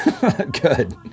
Good